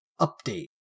update